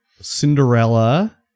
Cinderella